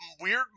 weird